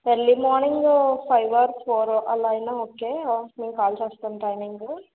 early morning five or four అలా అయినా okay నేను కాల్ చేస్తాను టైమింగ్